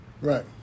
Right